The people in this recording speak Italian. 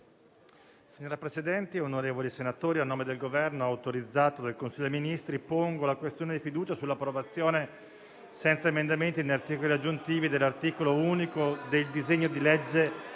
Signora Presidente, onorevoli senatori, a nome del Governo, autorizzato dal Consiglio dei ministri, pongo la questione di fiducia sull'approvazione, senza emendamenti né articoli aggiuntivi, dell'articolo unico del disegno di legge